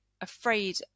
afraid